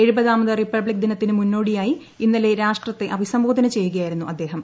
എഴുപതാമത് republic ദിനത്തിന് മുന്നോടിയായി ഇന്നലെ രാഷ്ട്രത്തെ അഭിസംബോധന ചെയ്യുകയായിരുന്നു അദ്ദേഹം